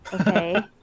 Okay